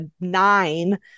nine